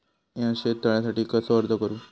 मीया शेत तळ्यासाठी कसो अर्ज करू?